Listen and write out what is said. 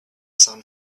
sun